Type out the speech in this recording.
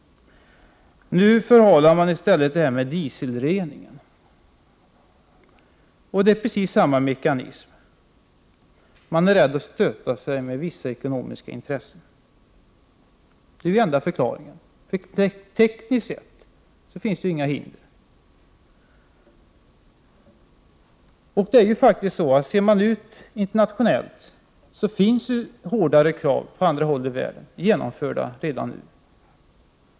Nu förhalar man i stället dieselreningen. Det är precis samma mekanism. Man är rädd för att stöta sig med vissa ekonomiska intressen. Det är den enda förklaringen. Tekniskt sett finns det inte några hinder. Ser man på hur det förhåller sig internationellt, finner man att hårdare krav redan nu har genomförts på andra håll i världen.